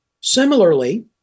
Similarly